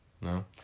No